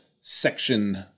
section